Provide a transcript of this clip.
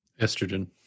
Estrogen